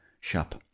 shop